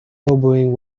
elbowing